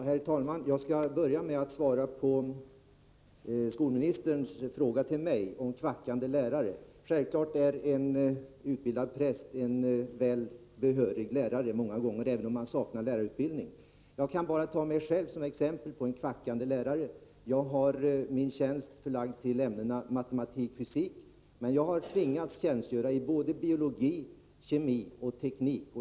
Herr talman! Jag skall börja med att svara på skolministerns fråga till mig om ”kvackande” lärare. Självfallet är en utbildad präst många gånger en väl behörig lärare, även om han saknar lärarutbildning. Jag kan ta mig själv som exempel på en ”kvackande” lärare. Jag har min tjänst förlagd till ämnena matematik och fysik. Jag har emellertid tvingats tjänstgöra i biologi, kemi och teknik.